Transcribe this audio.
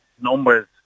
numbers